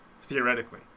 Theoretically